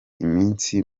iminsi